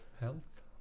Health